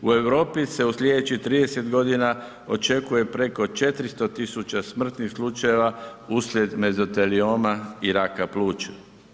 U Europi se u sljedećih 30 godina očekuje preko 400 tisuća smrtnih slučajeva uslijed mezotelioma i raka pluća.